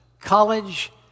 college